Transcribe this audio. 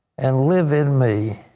and live in me